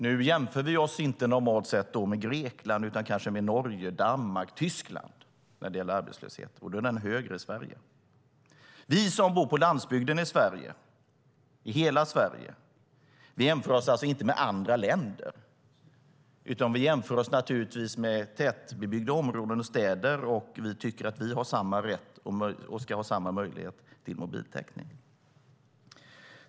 Nu jämför vi oss inte normalt sett med Grekland utan kanske med Norge, Danmark och Tyskland när det gäller arbetslöshet. Då är den högre i Sverige. Vi som bor på landsbygden i Sverige, i hela Sverige, jämför oss alltså inte med andra länder utan vi jämför oss naturligtvis med tätbebyggda områden och städer. Vi tycker att vi har samma rätt och ska ha samma möjlighet till mobiltäckning.